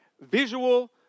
visual